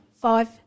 five